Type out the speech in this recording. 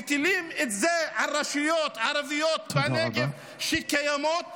ומטילים את זה על רשויות ערביות שקיימות בנגב.